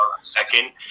second